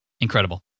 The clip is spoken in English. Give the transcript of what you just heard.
Incredible